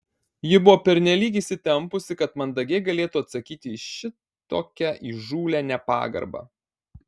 ji buvo pernelyg įsitempusi kad mandagiai galėtų atsakyti į šitokią įžūlią nepagarbą